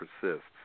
persists